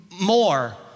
more